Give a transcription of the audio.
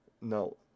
no